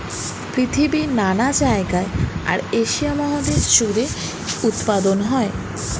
পৃথিবীর নানা জায়গায় আর এশিয়া মহাদেশ জুড়ে উৎপাদন হয়